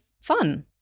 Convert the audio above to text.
fun